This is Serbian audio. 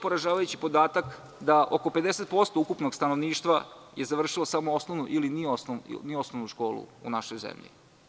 Poražavajući podatak je da oko 50% ukupnog stanovništva je završilo samo osnovnu ili ni osnovnu školu u našoj zemlji.